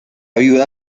viuda